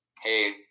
hey